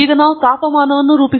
ನಾವು ತಾಪಮಾನವನ್ನು ರೂಪಿಸೋಣ